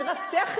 זה רק טכני,